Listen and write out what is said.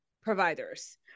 providers